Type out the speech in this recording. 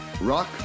Rock